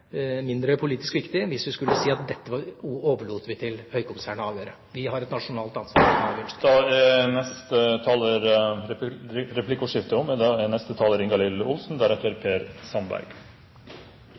mindre politisk viktig hvis vi skulle si at dette overlot vi til høykommissæren å avgjøre. Vi har et nasjonalt ansvar for å ta en avgjørelse. Replikkordskiftet er omme. I dag behandler vi norsk flyktning- og